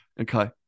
Okay